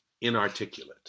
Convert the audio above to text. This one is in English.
inarticulate